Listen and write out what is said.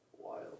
Wild